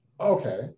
okay